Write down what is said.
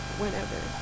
whenever